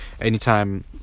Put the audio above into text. anytime